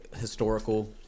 historical